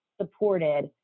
supported